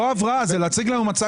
אני לא ראיתי אותה.